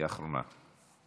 היא האחרונה.